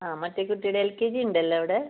ആ മറ്റേ കുട്ടിയുടെ എൽ കെ ജി ഉണ്ട് അല്ലേ അവിടെ